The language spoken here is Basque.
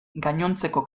gainontzeko